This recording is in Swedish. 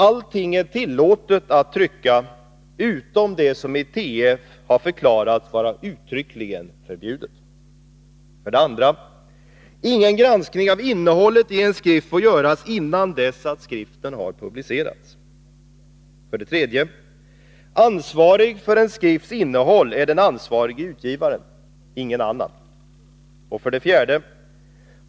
Allting är tillåtet att trycka, utom det som i TF har förklarats vara uttryckligen förbjudet. 2. Ingen granskning av innehållet i en skrift får göras innan skriften har publicerats. 3. Ansvarig för en skrifts innehåll är den ansvarige utgivaren, ingen annan. 4.